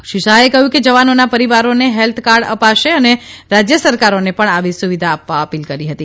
શ્રી શાહે કહ્યું કે જવાનોના પરિવારોને હેલ્થકાર્ડ અપાશે અને રાજય સરકારોને પણ આવી સુવિધા આપવા અપીલ કરી હતી